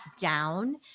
down